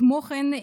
כמו כן,